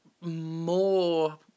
more